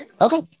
Okay